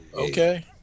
Okay